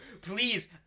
Please